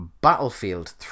Battlefield